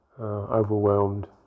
overwhelmed